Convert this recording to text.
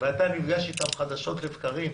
ואתה נפגש איתם חדשות לבקרים,